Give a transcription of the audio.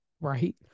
right